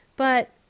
but.